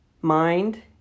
mind